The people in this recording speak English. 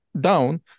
down